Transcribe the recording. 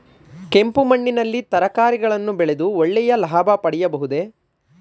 ಕೆಂಪು ಮಣ್ಣಿನಲ್ಲಿ ತರಕಾರಿಗಳನ್ನು ಬೆಳೆದು ಒಳ್ಳೆಯ ಲಾಭ ಪಡೆಯಬಹುದೇ?